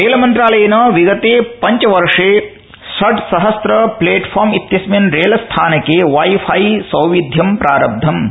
रेलमन्त्रालयेन विगते पञ्चवर्ष षड्सहस्रप्लेटफॉर्म इत्यस्मिन् रेल स्थानके वाई फाईसौविध्यं प्रारंभम् कृतम्